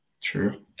true